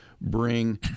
bring